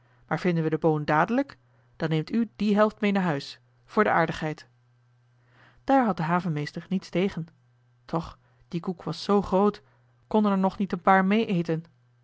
maar vinden we de boon dadelijk dan neemt u die helft mee naar huis voor de aardigheid joh h been paddeltje de scheepsjongen van michiel de ruijter daar had de havenmeester niets tegen toch die koek was zoo groot konden er nog niet een paar mee eten